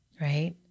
right